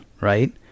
Right